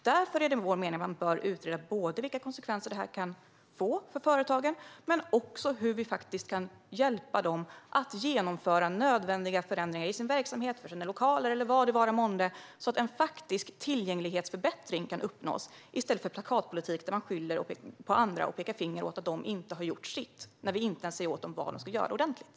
Det är därför vår mening att man bör utreda både vilka konsekvenser detta kan få för företag och hur vi kan hjälpa dem att genomföra nödvändiga förändringar i sin verksamhet, sina lokaler eller vad det vara månde så att en faktisk tillgänglighetsförbättring kan uppnås i stället för plakatpolitik där man skyller på andra, pekar finger och säger att de inte har gjort sitt, när vi inte ens säger åt dem vad de ska göra ordentligt.